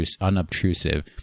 unobtrusive